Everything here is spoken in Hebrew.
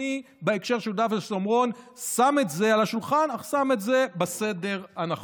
אני בהקשר של יהודה ושומרון שם את זה על השולחן אך שם את זה בסדר הנכון.